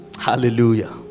hallelujah